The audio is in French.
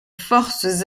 forces